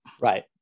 Right